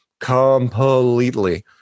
completely